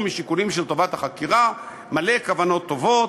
משיקולים של טובת החקירה"; מלא כוונות טובות,